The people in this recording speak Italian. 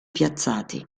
piazzati